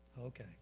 Okay